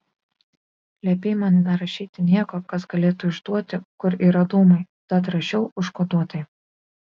liepei man nerašyti nieko kas galėtų išduoti kur yra dūmai tad rašiau užkoduotai